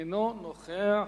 אינו נוכח,